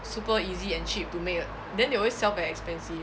super easy and cheap to make then they always sell very expensive